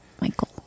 Michael